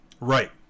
Right